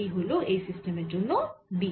এই হল এই সিস্টেমের জন্য B